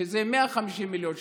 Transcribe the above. שזה 150 מיליון שקל,